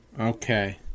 Okay